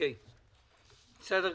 בסדר גמור.